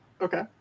Okay